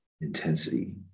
intensity